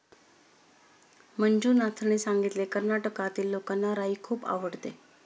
मंजुनाथने सांगितले, कर्नाटकातील लोकांना राई खूप आवडते